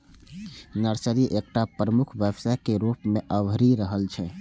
nursery एकटा प्रमुख व्यवसाय के रूप मे अभरि रहल छै